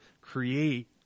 create